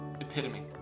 Epitome